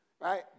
right